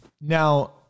Now